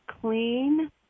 clean